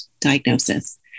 diagnosis